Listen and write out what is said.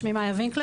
שמי מאיה וינקלר,